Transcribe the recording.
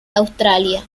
australia